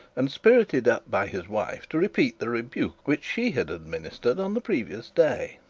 and spirited up by his wife to repeat the rebuke which she had administered on the previous day.